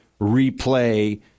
replay